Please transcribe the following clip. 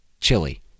chili